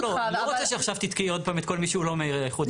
אני לא רוצה שעכשיו תתקעי עוד פעם את כל מי שהוא לא מאיחוד האירופי.